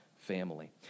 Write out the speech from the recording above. family